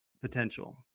potential